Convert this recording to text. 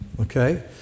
Okay